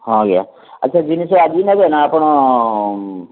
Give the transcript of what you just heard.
ହଁ ଆଜ୍ଞା ଆଉ ସେ ଜିନିଷ ଆଜି ନେବେ ନା ଆପଣ